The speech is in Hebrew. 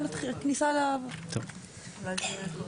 ברשומות, להקדים את זה.